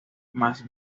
más